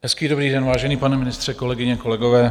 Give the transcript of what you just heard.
Hezký dobrý den, vážený pane ministře, kolegyně, kolegové.